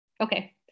Okay